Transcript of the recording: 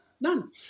None